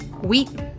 wheat